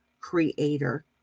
creator